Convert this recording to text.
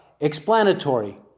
explanatory